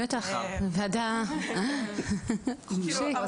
בטח, זו ועדה, חופשי.